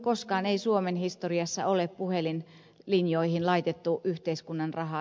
koskaan ei suomen historiassa ole puhelinlinjoihin laitettu yhteiskunnan rahaa